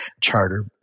charter